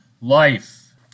life